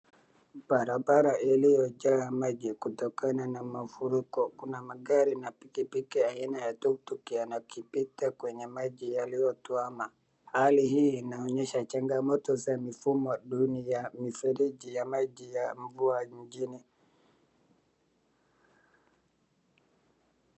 Barabara iliyojaa maji kutokana na mafuriko. Kuna magari na pikipiki aina ya tuktuk yakipita kwenye maji yaliyotuama. Halii hii inaonyesha changamoto za mifumo nduni ya mifereji ya maji ya mvua mjini.